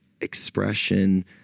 expression